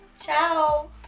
Ciao